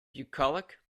bucolic